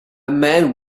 man